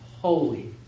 holy